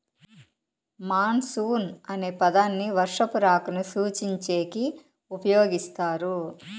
monsoon అనే పదాన్ని వర్షపు రాకను సూచించేకి ఉపయోగిస్తారు